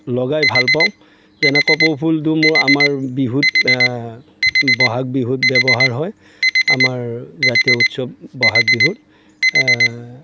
লগাই ভাল পাওঁ যেনে কপৌ ফুলটো মোৰ আমাৰ বিহুত বহাগ বিহুত ব্যৱহাৰ হয় আমাৰ জাতীয় উৎসৱ বহাগ বিহুত